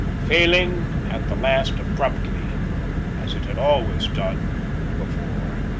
failing at the last abruptly as it had always done before.